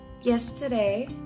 Yesterday